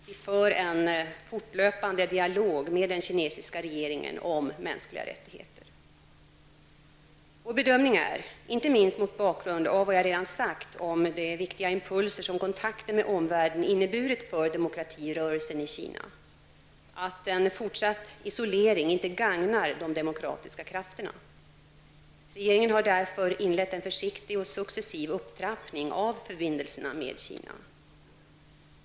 Vi för en fortlöpande dialog med den kinesiska regeringen om mänskliga rättigheter. Vår bedömning är, inte minst mot bakgrund av vad jag redan har sagt om de viktiga impulser som kontrakten med omvärlden inneburit för demokratirörelsen i Kina, att en fortsatt isolering inte gagnar de demokratiska krafterna. Regeringen har därför inlett en försiktig och successiv upptrappning av förbindelserna med Kina.